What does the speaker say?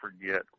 forget